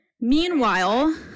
Meanwhile